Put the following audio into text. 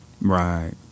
Right